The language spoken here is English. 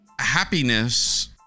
happiness